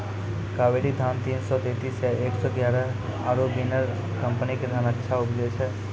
कावेरी धान तीन सौ तेंतीस या एक सौ एगारह आरु बिनर कम्पनी के धान अच्छा उपजै छै?